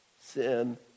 sin